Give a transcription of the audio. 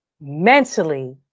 mentally